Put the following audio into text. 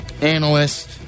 analyst